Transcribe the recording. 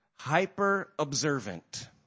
Hyper-observant